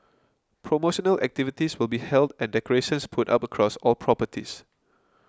promotional activities will be held and decorations put up across all properties